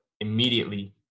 immediately